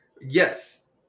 yes